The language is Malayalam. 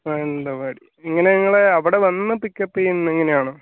മാനന്തവാടി ഇങ്ങനെ നിങ്ങളെ അവിടെ വന്ന് പിക്ക് അപ്പ് ചെയ്യുന്നത് അങ്ങനെ ആണോ